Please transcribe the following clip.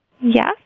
Yes